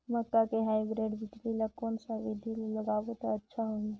मक्का के हाईब्रिड बिजली ल कोन सा बिधी ले लगाबो त अच्छा होहि?